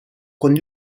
con